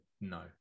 no